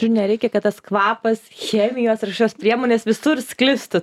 žu nereikia kad tas kvapas chemijos ar kažkokios priemonės visur sklistų